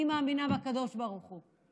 אני מאמינה בקדוש ברוך הוא.